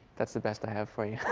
that's the best i have for you.